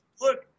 Look